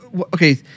okay